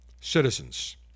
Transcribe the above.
citizens